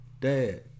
Dad